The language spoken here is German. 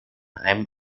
einem